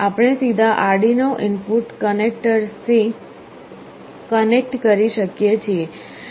આપણે સીધા Arduino input કનેક્ટર્સથી કનેક્ટ કરી શકીએ છીએ